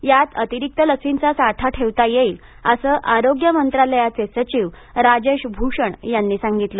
यात अतिरिक्त लसींचा साठा ठेवता येईल असं आरोग्य मंत्रालयाचे सचिव राजेश भूषण यांनी सांगितले